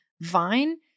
vine